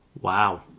Wow